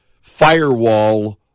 firewall